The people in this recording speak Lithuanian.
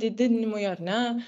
didinimui ar ne